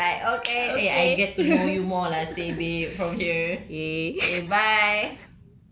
oh right right right right okay eh I get to know you more lah seh babe from here